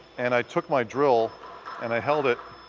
and i took my drill and i held it